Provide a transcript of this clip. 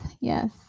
Yes